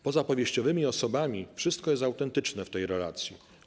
Poza powieściowymi osobami wszystko jest autentyczne w tej relacji.